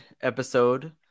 episode